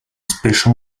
special